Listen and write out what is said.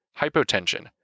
hypotension